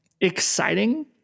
exciting